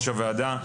הוועדה,